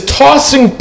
tossing